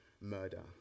murder